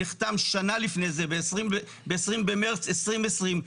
נחתם שנה לפני זה ב-20 במרץ 2020,